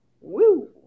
Woo